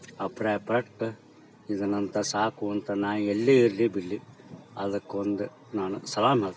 ಅಭಿಪ್ರಾಯ ಪಟ್ಟ ಇದನ್ನಂಥ ಸಾಕುವಂಥ ನಾಯಿ ಎಲ್ಲೇ ಇರಲಿ ಬಿಡಲಿ ಅದಕ್ಕೊಂದು ನಾನು ಸಲಾಮ್ ಹೇಳ್ತೇನೆ